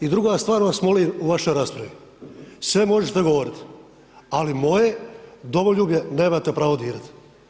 I druga stvar vas molim u vašoj raspravi, sve možete govoriti, ali moje domoljublje nemate pravo dirati.